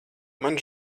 man